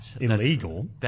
illegal